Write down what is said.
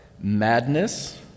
madness